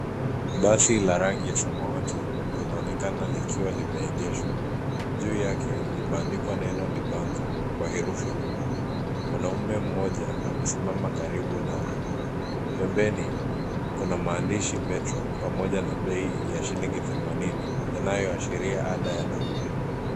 Basi la rangi ya samawati linaonekana likiwa limeegeshwa. Juu yake, limeandikwa neno, debunker ,kwa herufi kubwa. Mwanaume mmoja amesimama karibu nalo. Pembeni, kuna maandishi metro pamoja na bei ya shilingi themanini yanayoashiria ada ya nauli.